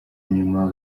inyuma